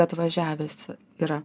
atvažiavęs yra